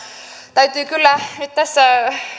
täytyy kyllä nyt tässä